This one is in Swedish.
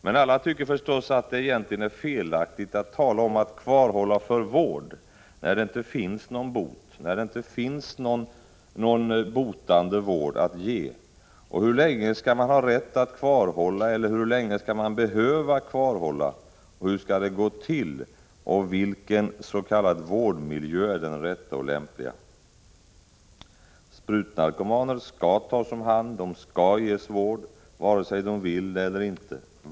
Men alla tycker förstås att det egentligen är felaktigt att tala om att kvarhålla för vård, när det inte finns någon bot, när det inte finns någon botande vård att ge. Hur länge skall man ha rätt att kvarhålla, hur länge skall man behöva kvarhålla, hur skall det gå till och vilken s.k. vårdmiljö är den rätta och lämpliga? Sprutnarkomaner skall tas om hand, de skall ges vård, vare sig de vill det eller inte.